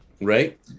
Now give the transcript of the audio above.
right